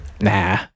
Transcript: Nah